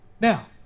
Now